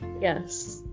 Yes